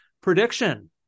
prediction